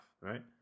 right